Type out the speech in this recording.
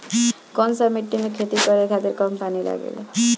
कौन सा मिट्टी में खेती करे खातिर कम पानी लागेला?